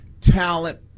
talent